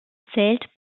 zählt